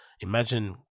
Imagine